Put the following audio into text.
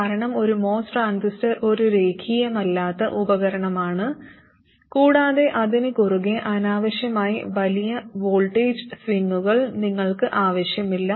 കാരണം ഒരു MOS transistor ഒരു രേഖീയമല്ലാത്ത ഉപകരണമാണ് കൂടാതെ അതിനു കുറുകെ അനാവശ്യമായി വലിയ വോൾട്ടേജ് സ്വിംഗുകൾ നിങ്ങൾക്ക് ആവശ്യമില്ല